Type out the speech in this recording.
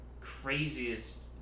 craziest